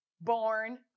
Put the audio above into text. born